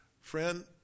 Friend